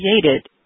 created